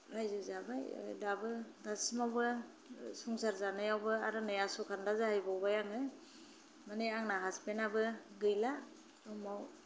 रायजो जाबाय दासिमावबो संसार जानायवबो आरो आस'खानदा जाहैहावबाय आङो माने आंना हासबेन आबो गैला